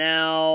Now